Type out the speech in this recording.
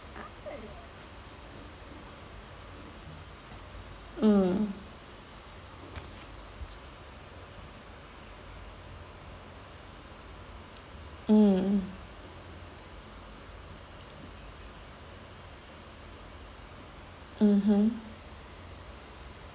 mm mm mmhmm